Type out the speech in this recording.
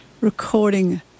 recording